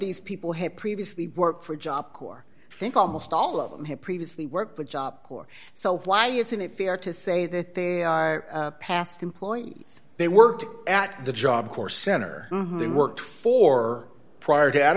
these people had previously worked for job corps think almost all of them had previously worked with job corps so why isn't it fair to say that they are past employees they worked at the job corps center they worked for prior to